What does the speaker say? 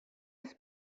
his